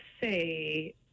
say